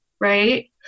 right